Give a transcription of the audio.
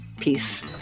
Peace